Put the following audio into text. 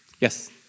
yes